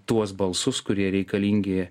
tuos balsus kurie reikalingi